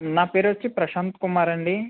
నా పేరు వచ్చి ప్రశాంత్ కుమార్ అండి